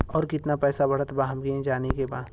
और कितना पैसा बढ़ल बा हमे जाने के बा?